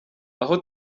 aho